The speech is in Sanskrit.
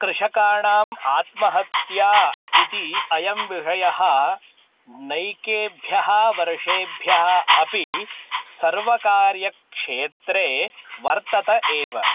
कृषकाणाम् आत्महत्या इति अयं विषयः नैकेभ्यः वर्षेभ्यः अपि सर्वकार्यक्षेत्रे वर्तते एव